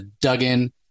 duggan